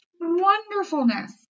wonderfulness